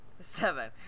seven